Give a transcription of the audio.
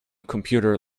computer